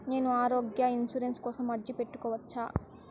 నేను ఆరోగ్య ఇన్సూరెన్సు కోసం అర్జీ పెట్టుకోవచ్చా?